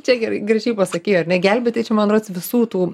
čia gerai gražiai pasakei ar negelbėti čia man rods visų tų